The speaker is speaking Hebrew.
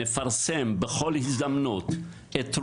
שנפרסם את תרומתם,